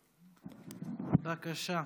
בבקשה.